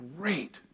great